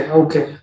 okay